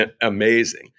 amazing